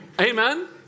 Amen